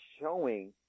showing